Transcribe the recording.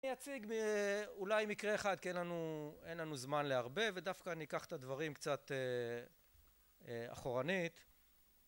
אני אציג אולי מקרה אחד כי אין לנו זמן להרבה ודווקא אני אקח את הדברים קצת אחורנית